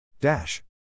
Dash